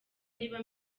niba